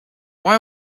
why